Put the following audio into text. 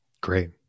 Great